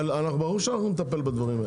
אבל, ברור שאנחנו נטפל בדברים האלה.